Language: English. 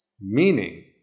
Meaning